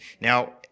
Now